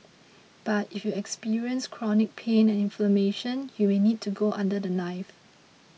but if you experience chronic pain and inflammation you may need to go under the knife